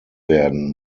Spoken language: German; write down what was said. werden